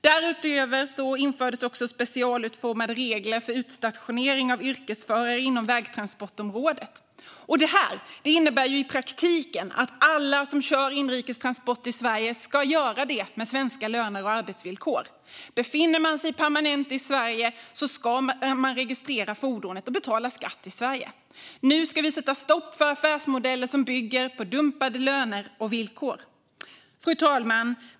Därutöver infördes specialutformade regler för utstationering av yrkesförare inom vägtransportområdet. Detta innebär i praktiken att alla som kör inrikestransport i Sverige ska göra det med svenska löner och arbetsvillkor. Befinner man sig permanent i Sverige ska man registrera fordonet och betala skatt i Sverige. Nu ska vi sätta stopp för affärsmodeller som bygger på dumpade löner och villkor. Fru talman!